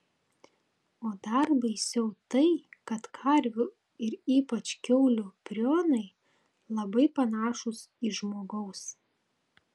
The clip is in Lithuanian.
o dar baisiau tai kad karvių ir ypač kiaulių prionai labai panašūs į žmogaus